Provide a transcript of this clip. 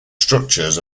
structures